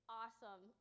awesome